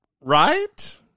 right